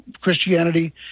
Christianity